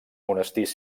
monestirs